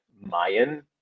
Mayan